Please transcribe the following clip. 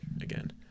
again